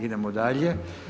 Idemo dalje.